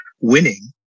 winning